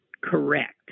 correct